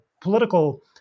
political